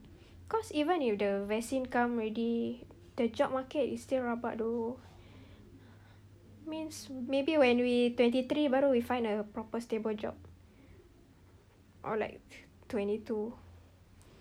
cause even if the vaccine come already the job market is still rabak though means maybe when we twenty three baru we find a proper stable job or like twenty two